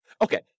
Okay